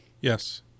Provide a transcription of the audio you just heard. Yes